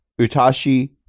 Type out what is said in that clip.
Utashi